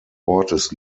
ortes